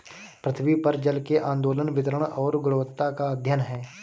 पृथ्वी पर जल के आंदोलन वितरण और गुणवत्ता का अध्ययन है